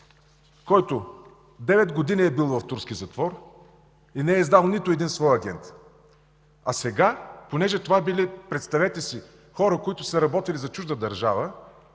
който девет години е бил в турски затвор и не е издал нито един свой агент. Понеже това били, представете си, хора, които са работили за чужда държава,